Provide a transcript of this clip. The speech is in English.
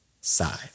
side